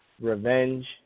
Revenge